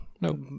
No